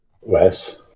Wes